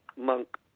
monk